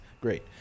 great